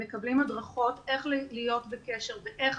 הם מקבלים הדרכות איך להיות בקשר ואיך